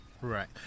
Right